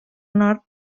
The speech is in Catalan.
nord